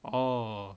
oh